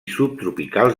subtropicals